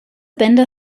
bänder